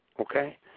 okay